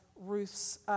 Ruth's